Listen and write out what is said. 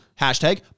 hashtag